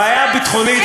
הבעיה הביטחונית,